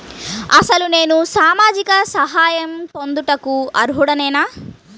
అసలు నేను సామాజిక సహాయం పొందుటకు అర్హుడనేన?